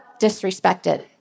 disrespected